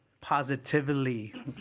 positively